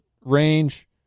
range